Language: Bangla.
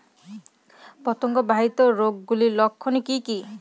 পতঙ্গ বাহিত রোগ গুলির লক্ষণ কি কি?